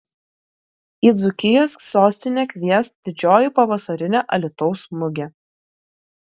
į dzūkijos sostinę kvies didžioji pavasarinė alytaus mugė